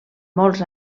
molts